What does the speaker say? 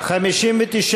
לשנת הכספים 2018, נתקבל.